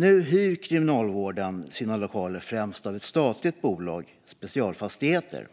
Nu hyr Kriminalvården sina lokaler främst av ett statligt bolag, Specialfastigheter.